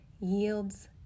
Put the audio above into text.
yields